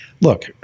look